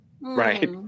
right